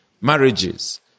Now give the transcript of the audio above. marriages